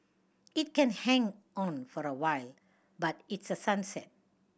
it can hang on for a while but it's a sunset